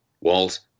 Walls